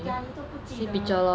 ya 你都不记得